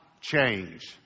change